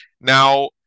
Now